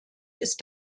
ist